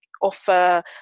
offer